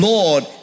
Lord